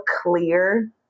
clear